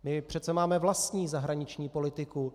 My přece máme vlastní zahraniční politiku.